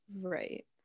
right